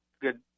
Good